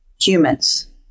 humans